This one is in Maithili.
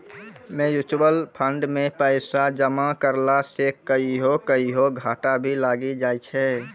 म्यूचुअल फंड मे पैसा जमा करला से कहियो कहियो घाटा भी लागी जाय छै